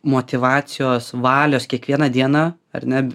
motyvacijos valios kiekvieną dieną ar ne